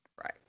Right